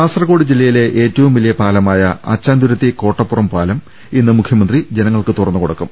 കാസർകോട് ജില്ലയിലെ ഏറ്റവും വലിയ പാലമായ അച്ചാംതുരുത്തി കോട്ടപ്പുറം പാലം ഇന്ന് മുഖ്യമന്ത്രി ജന ങ്ങൾക്ക് തുറന്നുകൊടുക്കും